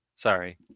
Sorry